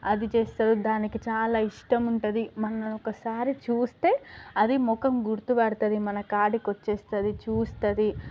అది చేస్తుంది దానికి చాలా ఇష్టం ఉంటుంది మనం ఒకసారి చూస్తే అది మొఖం గుర్తు పడుతుంది మన కాడికి వచ్చేస్తుంది చూస్తుంది